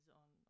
on